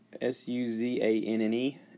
S-U-Z-A-N-N-E